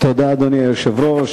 תודה, אדוני היושב-ראש.